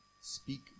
Speak